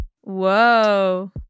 Whoa